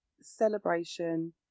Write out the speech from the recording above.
celebration